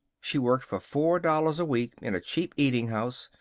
she worked for four dollars a week in a cheap eating house.